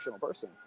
person